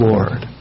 Lord